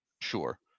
Sure